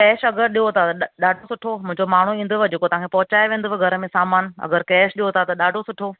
cash अगरि ॾियो था त डाढो सुठो मुंहिंजो माण्हूं ईंदुव जेको तव्हांखे पहुंचाये वेंदव घरु में सामानु अगरि कैश ॾियो था त ॾाढो सुठो